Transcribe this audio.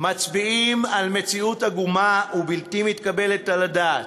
מצביעים על מציאות עגומה ובלתי מתקבלת על הדעת: